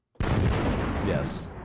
Yes